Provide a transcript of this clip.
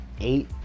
Eight